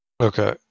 Okay